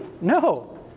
No